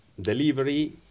delivery